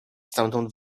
stamtąd